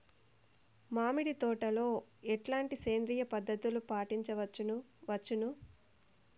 మామిడి తోటలో ఎట్లాంటి సేంద్రియ పద్ధతులు పాటించవచ్చును వచ్చును?